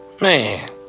Man